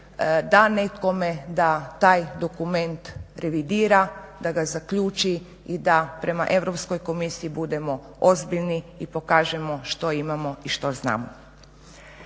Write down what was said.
da nekome da taj dokument revidira, da ga zaključi i da prema Europskoj komisiji budemo ozbiljni i pokažemo što imamo i što znamo.